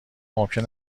ممکن